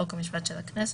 חוק ומשפט של הכנסת,